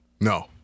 No